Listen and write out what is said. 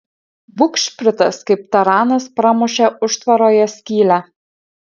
bugšpritas kaip taranas pramušė užtvaroje skylę